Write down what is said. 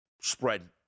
spread